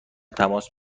تماس